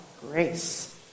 grace